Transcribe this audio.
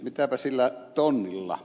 mitäpä sillä tonnilla